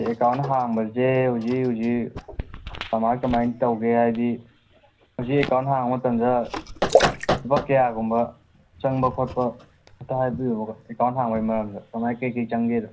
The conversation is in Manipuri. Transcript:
ꯑꯦꯛꯀꯥꯎꯟ ꯍꯥꯡꯕꯁꯦ ꯍꯧꯖꯤꯛ ꯍꯧꯖꯤꯛ ꯀꯃꯥꯏꯅ ꯀꯃꯥꯏꯅ ꯇꯧꯒꯦ ꯍꯥꯏꯗꯤ ꯍꯧꯖꯤꯛ ꯑꯦꯛꯀꯥꯎꯟ ꯍꯥꯡꯕ ꯃꯇꯝꯗ ꯂꯨꯄꯥ ꯀꯌꯥꯒꯨꯝꯕ ꯆꯪꯕ ꯈꯣꯠꯄ ꯑꯝꯇ ꯍꯥꯏꯕꯤꯔꯛꯎꯕ ꯑꯦꯛꯀꯥꯎꯟ ꯍꯥꯡꯕꯒꯤ ꯃꯔꯝꯗ ꯀꯃꯥꯏꯅ ꯀꯔꯤ ꯀꯔꯤ ꯆꯪꯒꯦꯗꯣ